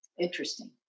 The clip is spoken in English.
interesting